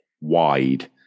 wide